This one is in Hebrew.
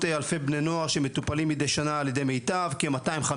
אלפי בני נוער שמטופלים מדי שנה על ידי מיטב כ-250,000